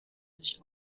sich